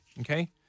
Okay